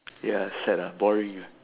ya sad ah boring ah